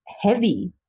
heavy